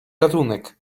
ratunek